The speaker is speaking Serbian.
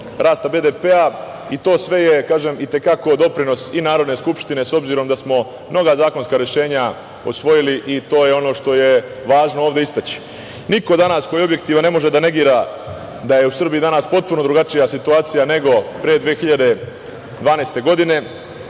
rasta BDP. Sve to je, kažem, i te kako doprinos Narodne skupštine, s obzirom da smo mnoga zakonska rešenja usvojili, i to je ono što je važno ovde istaći. Niko danas, ko je objektivan, ne može da negira da je u Srbiji danas potpuno drugačija situacija nego pre 2012. godine.